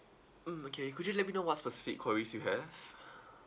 mm okay could you let me know what specific queries you have